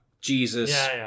jesus